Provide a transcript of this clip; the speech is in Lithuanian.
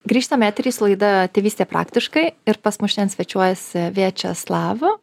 grįžtame į eterį su laida tėvystė praktiškai ir pas mus šiandien svečiuojasi viačeslav